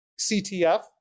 CTF